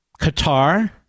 Qatar